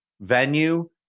venue